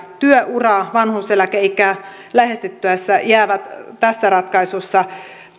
työuraa vanhuuseläkeikää lähestyttäessä jäävät tässä ratkaisussa